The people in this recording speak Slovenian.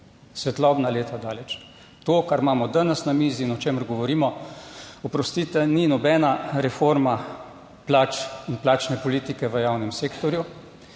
Svetlobna leta daleč. To, kar imamo danes na mizi in o čemer govorimo oprostite, ni nobena reforma plač in plačne politike v javnem sektorju.